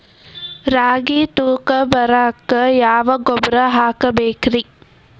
ರಾಗಿ ತೂಕ ಬರಕ್ಕ ಯಾವ ಗೊಬ್ಬರ ಹಾಕಬೇಕ್ರಿ?